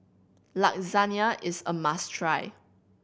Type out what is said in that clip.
lasagne is a must try